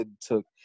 took